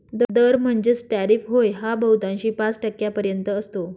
दर म्हणजेच टॅरिफ होय हा बहुतांशी पाच टक्क्यांपर्यंत असतो